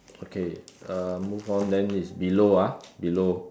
okay uh move on then is below ah below